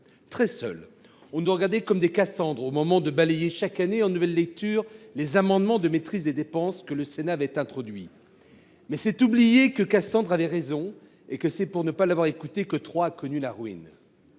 sociale. On nous regardait comme des Cassandre au moment de balayer, chaque année, en nouvelle lecture, les amendements de maîtrise des dépenses que le Sénat avait introduits. Mais c’était oublier que Cassandre avait raison et que c’est pour ne pas l’avoir écoutée que Troie a connu la ruine.